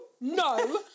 no